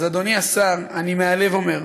אז אדוני השר, אני מהלב אומר: